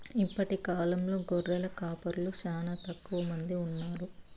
ఇప్పటి కాలంలో గొర్రెల కాపరులు చానా తక్కువ మంది ఉన్నారు